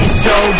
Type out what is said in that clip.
show